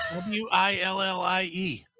W-I-L-L-I-E